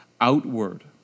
outward